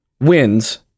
wins